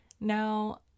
now